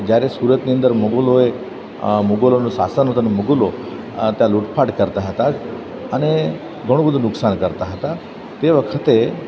જ્યારે સુરતની અંદર મુગલોએ મુગલોનું શાસન હતું ને મુગલો ત્યાં લૂંટફાટ કરતાં હતા અને ઘણું બધું નુકસાન કરતાં હતાં તે વખતે